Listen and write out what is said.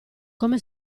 come